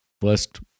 first